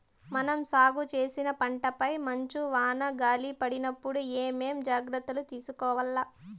మనం సాగు చేసిన పంటపై మంచు, వాన, గాలి పడినప్పుడు ఏమేం జాగ్రత్తలు తీసుకోవల్ల?